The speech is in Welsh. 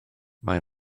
mae